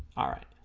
all right